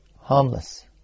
harmless